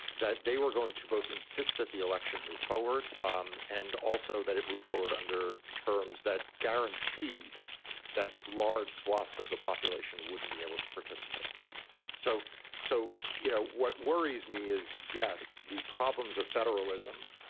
that they were going to both insist that the election move forward um and also that it move forward under terms that guaranteed that large swaths of the population wouldn't be able to participate. so so, you know, what worries me is. yes, the problems of federalism,